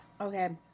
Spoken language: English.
okay